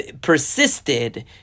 persisted